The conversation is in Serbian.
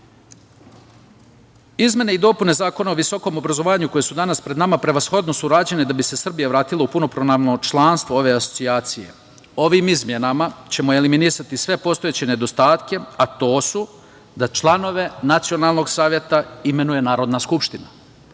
slučaj. Izmene i dopune Zakona o visokom obrazovanju koje su danas pred nama prevashodno su rađene da bi se Srbija vratila u punopravno članstvo ove asocijacije. Ovim izmenama ćemo eliminisati sve postojeće nedostatke, a to su da članove Nacionalnog saveta imenuje Narodna skupština.